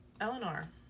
eleanor